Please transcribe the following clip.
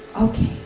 Okay